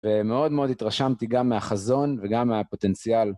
ומאוד מאוד התרשמתי גם מהחזון וגם מהפוטנציאל.